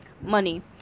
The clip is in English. money